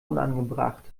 unangebracht